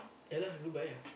ya lah Dubai ah